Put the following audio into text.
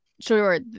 sure